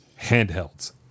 handhelds